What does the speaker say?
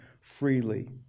freely